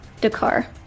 Dakar